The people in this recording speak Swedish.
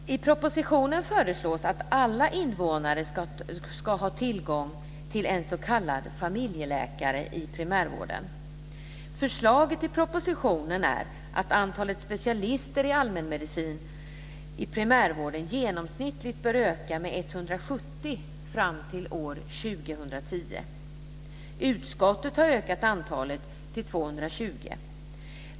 I propositionen föreslås att alla invånare ska ha tillgång till en s.k. familjeläkare i primärvården. Förslaget i propositionen är att antalet specialister i allmänmedicin i primärvården genomsnittligt bör öka med 170 fram till år 2010. Utskottet har ökat antalet till 220.